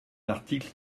l’article